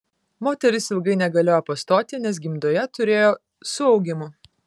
moteris ilgai negalėjo pastoti nes gimdoje turėjo suaugimų